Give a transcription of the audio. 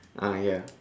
ah ya